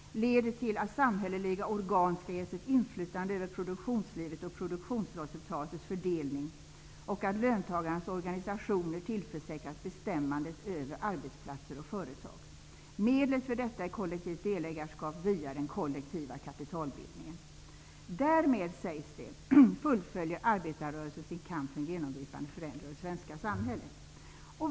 leder till att samhälleliga organ skall ges ett inflytande över produktionslivet och produktionsresultatets fördelning, och att löntagarnas organisationer tillförsäkras bestämmandet över arbetsplatser och företag. Medlet för detta är kollektivt delägarskap via den kollektiva kapitalbildningen. Därmed, sägs det, fullföljer arbetarrörelsen sin kamp för en genomgripande förändring av det svenska samhället.